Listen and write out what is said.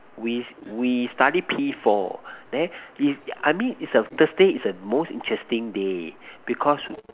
we s~ we study P four then the I mean is a Thursday is a most interesting day because